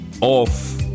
off